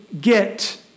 get